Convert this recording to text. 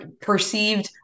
perceived